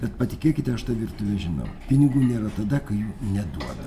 bet patikėkite aš tą virtuvę žinau pinigų nėra tada kai jų neduoda